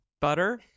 Butter